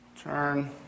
Turn